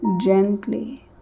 gently